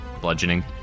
bludgeoning